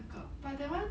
那个 but that [one]